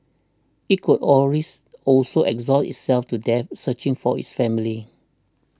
it could always also exhaust itself to death searching for its family